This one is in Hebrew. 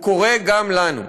הוא קורה גם לנו.